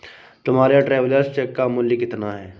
तुम्हारे travellers cheque का मूल्य कितना है?